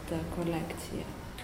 ta kolekcija